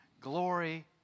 Glory